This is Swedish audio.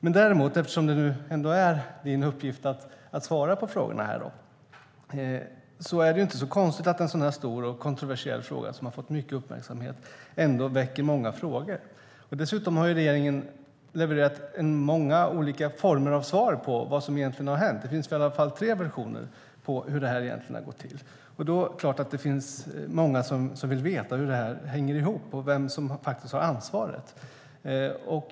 Men det är ändå statsrådets uppgift att svara på frågorna här, och det är inte så konstigt att en så här stor och kontroversiell fråga som har fått mycket uppmärksamhet väcker många frågor. Dessutom har regeringen levererat många olika svar på vad som egentligen har hänt. Det finns i alla fall tre versioner av hur det här egentligen har gått till. Därför är det klart att det finns många som vill veta hur det här hänger ihop och vem som har ansvaret.